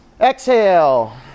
Exhale